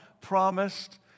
promised